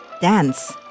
dance